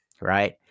right